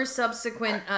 subsequent